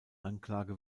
anklage